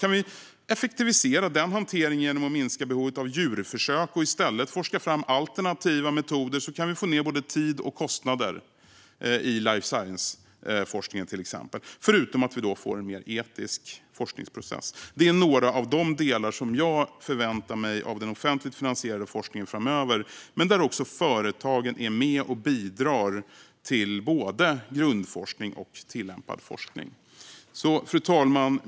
Kan vi effektivisera den hanteringen genom att minska behovet av djurförsök och i stället forska fram alternativa metoder kan vi få ned både tid och kostnader i life science-forskningen, till exempel, förutom att vi då får en mer etisk forskningsprocess. Det här är några av de delar som jag förväntar mig av den offentligt finansierade forskningen framöver, men också företagen är med och bidrar till både grundforskning och tillämpad forskning. Fru talman!